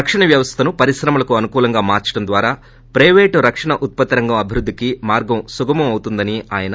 రక్షణ వ్యవస్థను పరిశ్రమలకు అనుకూలంగా మార్పడం ద్వారా ప్రెపేట్ రక్షణ ఉత్పత్తి రంగం అభివృద్ధికి మార్గం సుగమం అవుతుందని ఆయన అభిప్రాయపడ్లారు